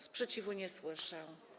Sprzeciwu nie słyszę.